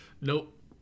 Nope